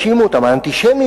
האנטישמים,